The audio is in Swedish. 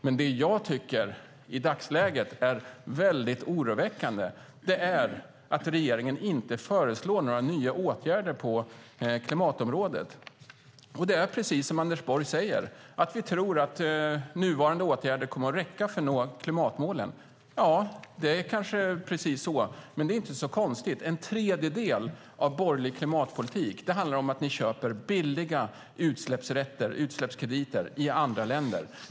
Det jag i dagsläget tycker är väldigt oroväckande är att regeringen inte föreslår några nya åtgärder på klimatområdet. Precis som Anders Borg säger tror ni att nuvarande åtgärder kommer att räcka för att nå klimatmålen. Det är kanske precis så. Det är inte så konstigt. En tredjedel av borgerlig klimatpolitik handlar om att ni köper billiga utsläppskrediter i andra länder.